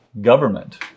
government